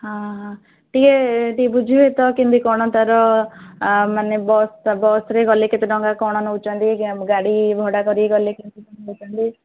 ହଁ ହଁ ଟିକେ ଟିକେ ବୁଝିବେ ତ କେମିତି କ'ଣ ତା'ର ମାନେ ବସ୍ ବସ୍ରେ ଗଲେ କେତେ ଟଙ୍କା କ'ଣ ନେଉଛନ୍ତି ଗା ଗାଡ଼ି ଭଡ଼ା କରିକି ଗଲେ କେମିତି କ'ଣ ନେଉଛନ୍ତି